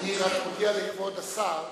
אני רק מודיע לכבוד השר,